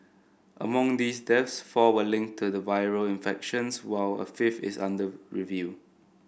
among these deaths four were linked to the viral infections while a fifth is under review